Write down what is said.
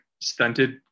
stunted